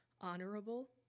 honorable